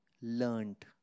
learned